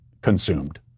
consumed